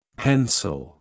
pencil